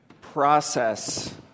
process